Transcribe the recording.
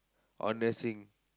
or nursing